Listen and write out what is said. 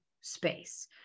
space